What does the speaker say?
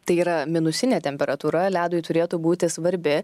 tai yra minusinė temperatūra ledui turėtų būti svarbi